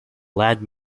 lad